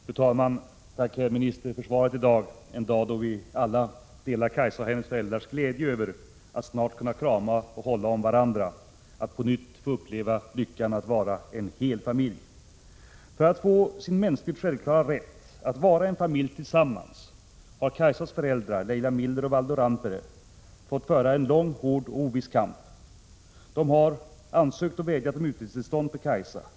Fru talman! Tack, herr minister, för svaret i dag — en dag då vi alla delar Kaisas och hennes föräldrars glädje över att snart kunna krama och hålla om varandra, att på nytt få uppleva lyckan att vara en hel familj! För att få sin mänskligt självklara rätt att vara en familj tillsammans har Kaisas föräldrar — Leila Miller och Valdo Randpere — fått föra en lång, hård och oviss kamp. De har ansökt och vädjat om utresetillstånd för Kaisa.